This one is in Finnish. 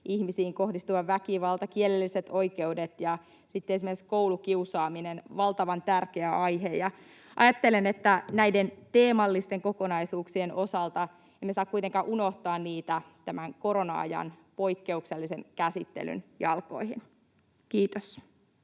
ihmisiin kohdistuva väkivalta, kielelliset oikeudet ja sitten esimerkiksi koulukiusaaminen — valtavan tärkeä aihe. Ajattelen näiden teemallisten kokonaisuuksien osalta, että emme saa kuitenkaan unohtaa niitä tämän korona-ajan poikkeuksellisen käsittelyn jalkoihin. — Kiitos.